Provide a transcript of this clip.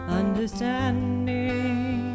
understanding